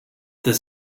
the